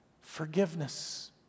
forgiveness